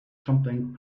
something